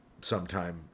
sometime